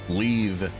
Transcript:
leave